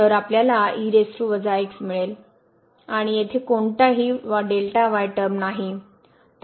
तर आपल्याला मिळेल आणि येथे कोणतेही टर्म नाही